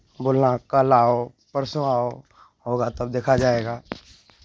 बोललक कल आओ परसों आओ होगा तब देखा जाएगा